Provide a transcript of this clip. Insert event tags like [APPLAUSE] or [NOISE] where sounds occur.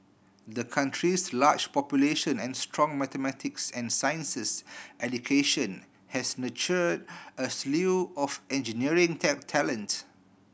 the country's large population and strong mathematics and sciences education has nurture a slew of engineering [UNINTELLIGIBLE] talent